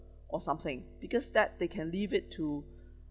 or something because that they can leave it to